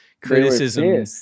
criticism